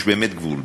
יש באמת גבול.